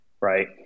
right